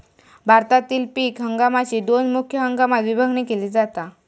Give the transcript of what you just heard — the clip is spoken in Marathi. भारतातील पीक हंगामाकची दोन मुख्य हंगामात विभागणी केली जाता